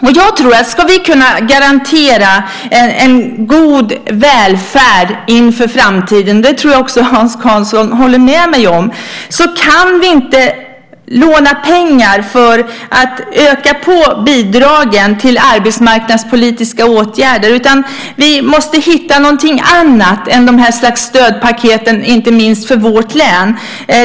Om vi ska kunna garantera en god välfärd inför framtiden - det tror jag att Hans Karlsson håller med mig om - kan vi inte låna pengar för att öka på bidragen till arbetsmarknadspolitiska åtgärder. Vi måste hitta något annat än dessa stödpaket, inte minst för vårt län.